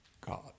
God